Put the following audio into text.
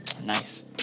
Nice